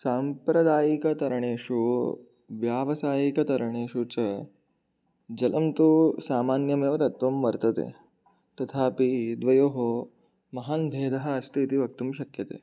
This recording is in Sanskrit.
साम्प्रदायिकतरणेषु व्यावसायिकतरणेषु च जलं तु सामान्यमेव तत्त्वं वर्तते तथापि द्वयोः महान् भेदः अस्ति इति वक्तुं शक्यते